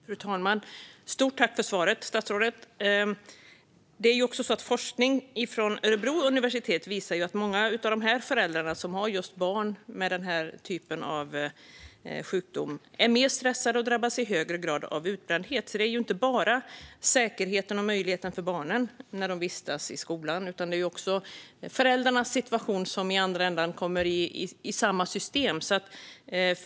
Fru talman! Stort tack för svaret, statsrådet! Forskning från Örebro universitet visar att många av de föräldrar som har barn med sjukdomar som denna är mer stressade och drabbas i högre grad av utbrändhet. Det här gäller alltså inte bara säkerheten för barnen och möjligheten för dem att kunna vistas i skolan, utan det handlar även om föräldrarnas situation som finns inom samma system.